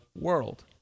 world